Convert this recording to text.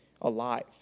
alive